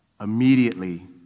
immediately